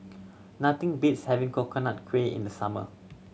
nothing beats having Coconut Kuih in the summer